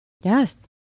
Yes